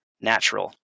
natural